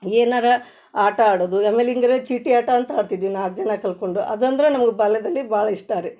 ಏನಾರೂ ಆಟ ಆಡೋದು ಆಮೇಲೆ ಹಿಂಗಲೇ ಚೀಟಿ ಆಟ ಅಂತ ಆಡ್ತಿದ್ವಿ ನಾಲ್ಕು ಜನ ಕಲ್ತ್ಕೊಂಡು ಅದಂದ್ರೆ ನಮ್ಗೆ ಬಾಲ್ಯದಲ್ಲಿ ಭಾಳ ಇಷ್ಟ ರೀ